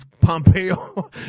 Pompeo